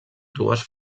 dues